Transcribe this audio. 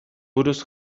buruz